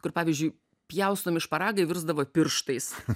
kur pavyzdžiui pjaustomi šparagai virsdavo pirštais